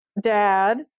dad